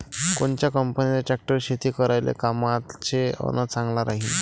कोनच्या कंपनीचा ट्रॅक्टर शेती करायले कामाचे अन चांगला राहीनं?